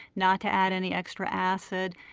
not to add any extra acid.